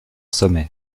sommet